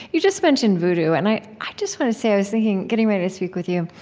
you just mentioned vodou, and i i just want to say i was thinking, getting ready to speak with you,